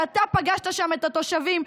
ואתה פגשת שם את התושבים,